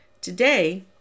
Today